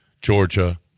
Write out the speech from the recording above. Georgia